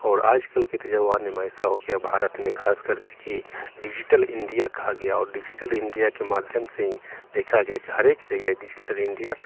और आजकल के तो ज़माने में ऐसा हो गया भारत में खासकर के कि डिज़िटल इण्डिया कहा गया और डिज़िटल इण्डिया के माध्यम से ही देखा गया कि हरेक जगह डिज़िटल इण्डिया